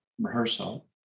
rehearsal